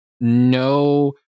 no